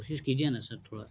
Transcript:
کوشش کیجیے نا سر تھوڑا